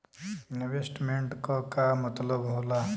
Investment क का मतलब हो ला?